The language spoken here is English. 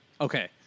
Okay